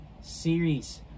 series